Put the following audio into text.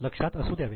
लक्षात असू द्यावे